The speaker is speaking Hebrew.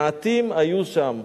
מעטים היו שם,